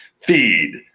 Feed